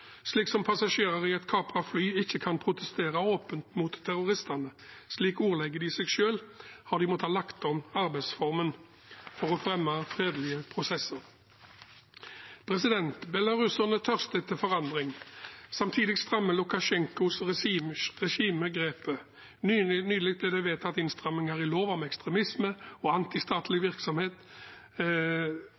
Slik passasjerer i et kapret fly ikke kan protestere åpent mot terroristene – slik ordlegger de seg selv – har de måttet legge om arbeidsformen for å fremme fredelige prosesser. Belaruserne tørster etter forandring. Samtidig strammer Lukasjenkos regime grepet. Nylig ble det vedtatt innstramminger i lov om ekstremisme og anti-statlig virksomhet.